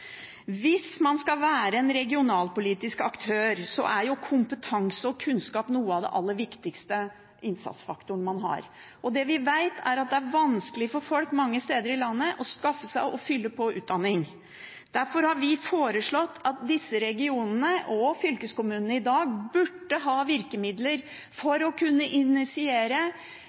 Hvis man skal være en regionalpolitisk aktør, er jo kompetanse og kunnskap en av de aller viktigste innsatsfaktorene man har. Det vi vet, er at det er vanskelig for folk mange steder i landet å skaffe seg og fylle på utdanning. Derfor har vi foreslått at disse regionene og fylkeskommunene i dag burde ha virkemidler for å kunne initiere,